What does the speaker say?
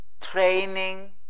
Training